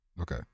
Okay